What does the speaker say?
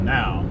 now